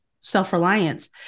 self-reliance